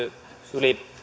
yli